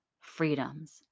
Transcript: freedoms